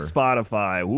Spotify